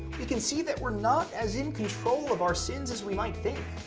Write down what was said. we can see that we're not as in control of our sins as we might think,